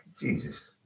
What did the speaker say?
Jesus